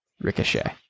Ricochet